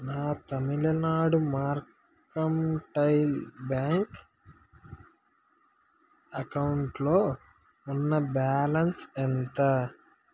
నా Tamil Nadu mercantile bank అకౌంటులో ఉన్న బ్యాలన్స్ ఎంత